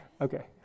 okay